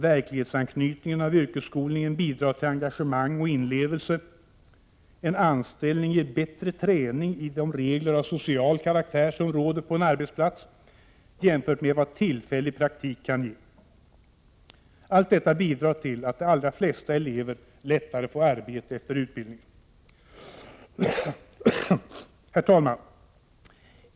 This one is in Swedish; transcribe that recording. Verklighetsanknytningen av yrkesskolningen bidrar till engagemang och inlevelse. En anställning ger bättre träning i de regler av social karaktär som råder på en arbetsplats jämfört med vad tillfällig praktik kan ge. Allt detta bidrar till att de allra flesta elever lättare får arbete efter utbildningen. Herr talman!